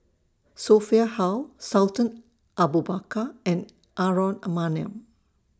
Sophia Hull Sultan Abu Bakar and Aaron Maniam